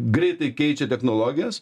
greitai keičia technologijas